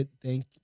Thank